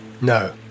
No